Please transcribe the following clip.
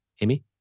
Amy